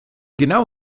genau